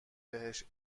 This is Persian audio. بهش